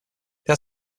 they